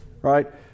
right